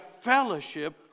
fellowship